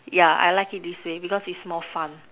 yeah I like it this way because is more fun